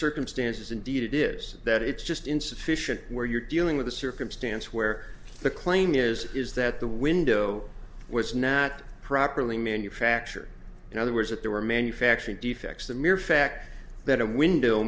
circumstances indeed it is that it's just insufficient where you're dealing with a circumstance where the claim is is that the window was not properly manufactured in other words that there were manufacturing defects the mere fact that a window